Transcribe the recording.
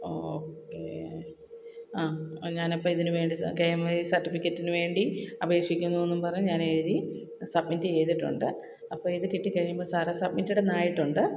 okay ഞാനപ്പം ഇതിനു വേണ്ടി കെ എം വൈ സര്ട്ടിഫിക്കറ്റിന് വേണ്ടി അപേക്ഷിക്കുന്നുവെന്ന് പറഞ്ഞു ഞാനെഴുതി സബ്മിറ്റ് ചെയ്തിട്ടുണ്ട് അപ്പോൾ ഇത് കിട്ടിക്കഴിയുമ്പോൾ സാറ് സബ്മിറ്റഡെന്നായിട്ടുണ്ട്